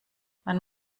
man